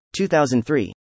2003